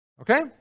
Okay